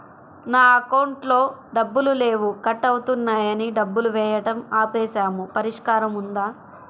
నా అకౌంట్లో డబ్బులు లేవు కట్ అవుతున్నాయని డబ్బులు వేయటం ఆపేసాము పరిష్కారం ఉందా?